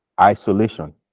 isolation